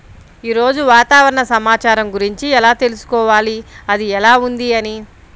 ఈరోజు వాతావరణ సమాచారం గురించి ఎలా తెలుసుకోవాలి అది ఎలా ఉంది అని?